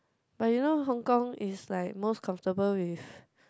but you know Hong Kong is like most comfortable with